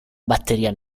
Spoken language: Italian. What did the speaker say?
batteria